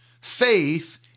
Faith